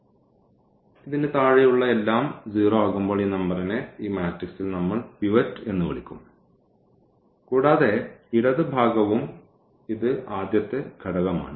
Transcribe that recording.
അതിനാൽ ഇതിന് താഴെയുള്ള എല്ലാം 0 ആകുമ്പോൾ ഈ നമ്പറിനെ ഈ മാട്രിക്സിൽ നമ്മൾ പിവറ്റ് എന്ന് വിളിക്കും കൂടാതെ ഇടത് ഭാഗവും ഇത് ആദ്യത്തെ ഘടകമാണ്